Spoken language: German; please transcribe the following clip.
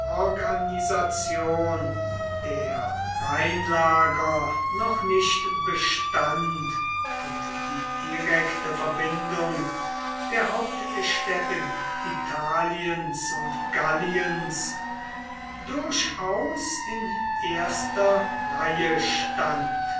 organisation der rheinlager noch nicht bestand und die direkte verbindung der hauptstädte italiens und galliens durchaus in erster reihe stand